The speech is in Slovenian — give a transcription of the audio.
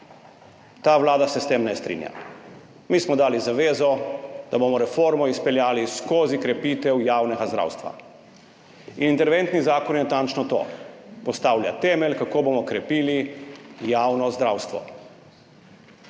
Ta vlada se s tem ne strinja. Mi smo dali zavezo, da bomo reformo izpeljali skozi krepitev javnega zdravstva. Interventni zakon je natančno to – postavlja temelj, kako bomo krepili javno zdravstvo,